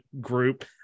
group